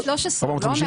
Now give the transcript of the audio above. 450. לא,